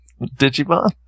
Digimon